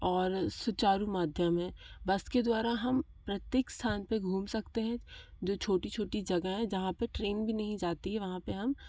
और सुचारू माध्यम है बस के द्वारा हम प्रत्येक स्थान पर घूम सकते हैं जो छोटी छोटी जगहें हैं जहाँ पर ट्रेन भी नहीं जाती है वहाँ पर हम